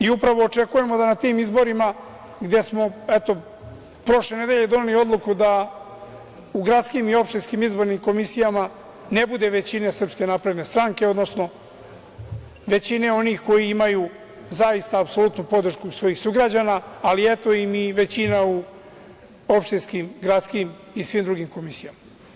I upravo očekujemo da na tim izborima, gde smo, eto, prošle nedelje doneli odluku da u gradskim i opštinskim izbornim komisijama ne bude većine SNS, odnosno većine onih koji imaju zaista apsolutnu podršku svojih sugrađana, ali eto im i većina u opštinskim, gradskim i svim drugim komisijama.